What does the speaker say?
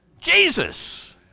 Jesus